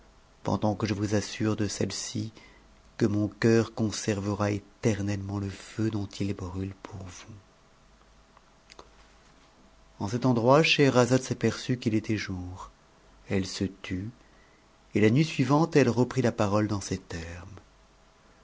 pendant que je vous assure de celle-ci que mon cœur conservera éternellement le feu dont il brûle pour vous il en cet endroit scheberazade s'aperçut qu'il était jour elle se tut et nuit suivante elle reprit la parole dans ces termes